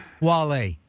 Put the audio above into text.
Wale